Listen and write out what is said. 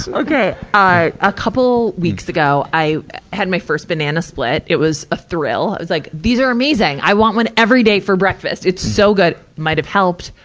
um okay. a couple weeks ago, i had my first banana split. it was a thrill. i was like, these are amazing! i want one every day for breakfast. it's so good. might have helped,